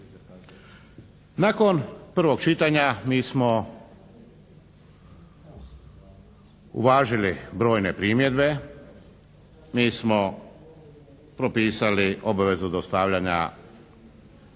Nakon prvog čitanja mi smo uvažili brojne primjedbe, mi smo propisali obavezu dostavljanja